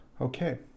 Okay